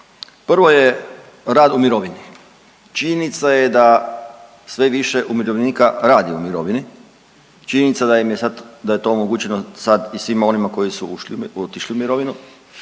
prvo je rad u mirovini. Činjenica je da sve više umirovljenika radi u mirovini, činjenica je da im je sad to omogućeno sad i svima onima koji su i otišli u mirovinu,